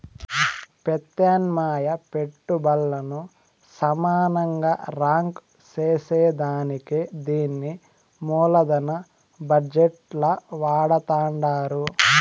పెత్యామ్నాయ పెట్టుబల్లను సమానంగా రాంక్ సేసేదానికే దీన్ని మూలదన బజెట్ ల వాడతండారు